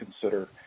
consider